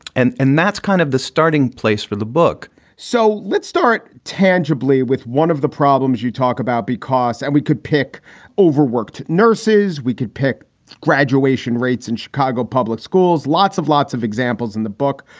and and that's kind of the starting place for the book so let's start tangibly with one of the problems you talk about, because and we could pick overworked nurses, we could pick graduation rates in chicago public schools. lots of lots of examples in the book.